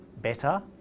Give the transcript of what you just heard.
better